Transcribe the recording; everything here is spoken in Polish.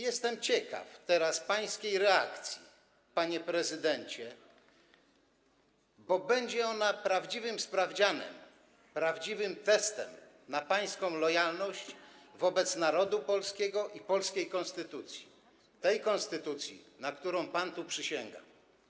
Jestem teraz ciekaw pańskiej reakcji, panie prezydencie, bo będzie ona prawdziwym sprawdzianem, prawdziwym testem na pańską lojalność wobec narodu polskiego i polskiej konstytucji, tej konstytucji, na którą pan tu przysięgał.